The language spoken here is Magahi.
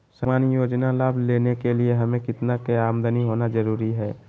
सामान्य योजना लाभ लेने के लिए हमें कितना के आमदनी होना जरूरी है?